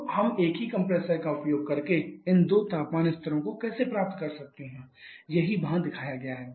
तो हम एक ही कंप्रेसर का उपयोग करके इन दो तापमान स्तरों को कैसे प्राप्त कर सकते हैं यही यहां दिखाया गया है